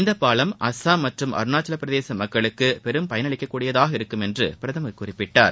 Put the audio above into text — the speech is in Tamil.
இந்த பாலம் அஸ்ஸாம் மற்றும் அருணாச்சவப்பிரதேச மக்களுக்கு பெரும் பயன் அளிக்கக்கூடியதாக இருக்கும் என்று பிரதமர் குறிப்பிட்டார்